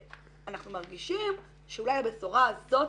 אנחנו מרגישים שאולי הבשורה הזאת